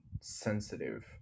sensitive